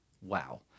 wow